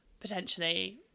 potentially